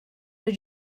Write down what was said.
did